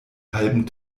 halben